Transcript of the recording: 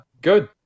good